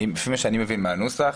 כפי שאני מבין מהנוסח,